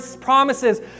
promises